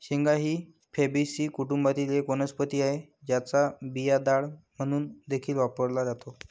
शेंगा ही फॅबीसी कुटुंबातील एक वनस्पती आहे, ज्याचा बिया डाळ म्हणून देखील वापरला जातो